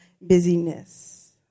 busyness